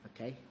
Okay